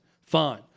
Fine